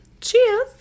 Cheers